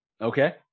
Okay